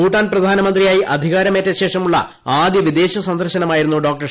ഭൂട്ടാൻ പ്രധാനമന്ത്രിയായി അധീക്ടാർമേറ്റശേഷമുള്ള ആദ്യ വിദേശ സന്ദർശനമായിരുന്നൂ ് പ്പോ്